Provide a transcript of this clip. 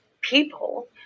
people